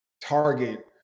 target